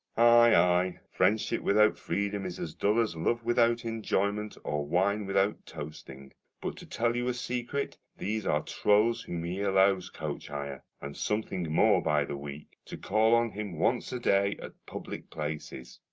ay friendship without freedom is as dull as love without enjoyment or wine without toasting but to tell you a secret, these are trulls whom he allows coach-hire, and something more by the week, to call on him once a day at public places.